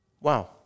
Wow